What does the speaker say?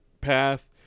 path